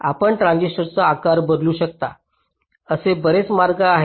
आपण ट्रान्झिस्टरचा आकार बदलू शकता असे बरेच मार्ग आहेत